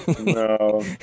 No